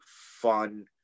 fun